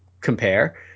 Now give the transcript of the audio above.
compare